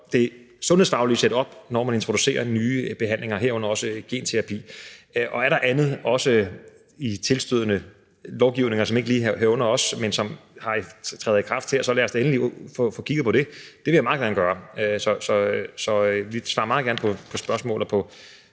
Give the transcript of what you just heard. det sundhedsfaglige setup, når man introducerer nye behandlinger, herunder også genterapi. Og er der andet, også i tilstødende lovgivninger, som ikke lige hører under os, men som træder i kraft her, så lad os da endelig få kigget på det. Det vil jeg meget gerne gøre. Så vi svarer meget gerne på spørgsmål, og